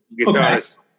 guitarist